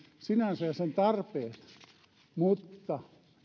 sinänsä ja sen tarpeet mutta